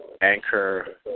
anchor